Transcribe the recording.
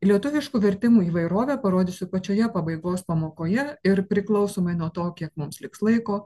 lietuviškų vertimų įvairovę parodysiu pačioje pabaigos pamokoje ir priklausomai nuo to kiek mums liks laiko